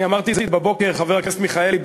אני אמרתי את זה בבוקר, חבר הכנסת מיכאלי,